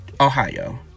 Ohio